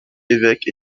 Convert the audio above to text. évêque